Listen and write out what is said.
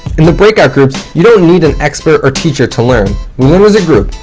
in the breakout groups, you don't need an expert or teacher to learn. we learn as a group.